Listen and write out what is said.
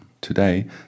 Today